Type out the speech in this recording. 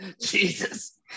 Jesus